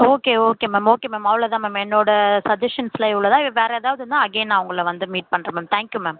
okay okay ma'am okay ma'am அவ்வளோதான் ma'am என்னோடய சஜஷன்ஸுலாம் இவ்வளோ தான் வ் வேறு ஏதாவுதுன்னா அகைன் நான் உங்களை வந்து மீட் பண்ணுறேன் மேம் தேங்க்யூ மேம்